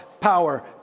power